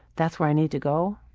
that's where i need to go?